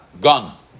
Gone